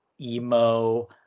emo